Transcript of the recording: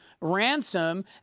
ransom